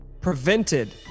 prevented